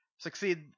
Succeed